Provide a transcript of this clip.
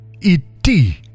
iti